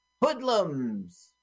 hoodlums